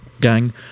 gang